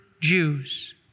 Jews